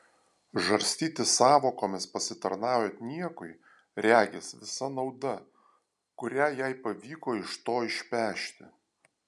žarstytis sąvokomis pasitarnaujant niekui regis visa nauda kurią jai pavyko iš to išpešti